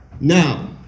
Now